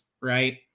Right